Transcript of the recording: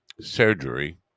surgery